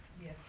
Yes